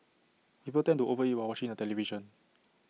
people tend to over eat while watching the television